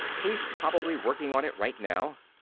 he's probably working on it right now.